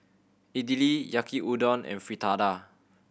Idili Yaki Udon and Fritada